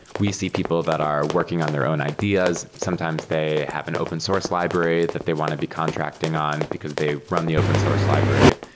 we see people that are working on their own ideas. sometimes they happen open source library that they want to be contracting on, because they run the open source library.